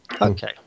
Okay